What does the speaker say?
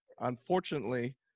Unfortunately